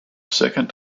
second